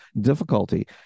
difficulty